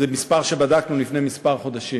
זה מספר שבדקנו לפני כמה חודשים: